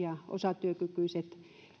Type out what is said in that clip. ja osatyökykyiset